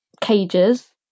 Cages